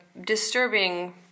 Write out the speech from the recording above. disturbing